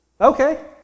Okay